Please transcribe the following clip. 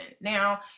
now